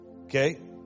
Okay